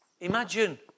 Imagine